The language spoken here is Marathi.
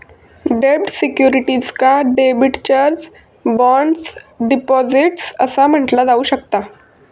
डेब्ट सिक्युरिटीजका डिबेंचर्स, बॉण्ड्स, डिपॉझिट्स असा म्हटला जाऊ शकता